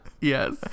yes